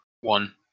one